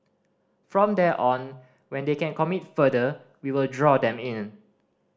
from there on when they can commit further we will draw them in